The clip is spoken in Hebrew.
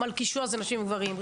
"מלכישוע" זה נשים וגברים,